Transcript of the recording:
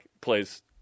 plays